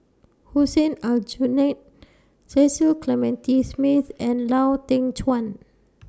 Hussein Aljunied Cecil Clementi Smith and Lau Teng Chuan